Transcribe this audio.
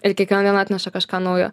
ir kiekviena diena atneša kažką naujo